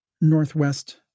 Northwest